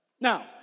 Now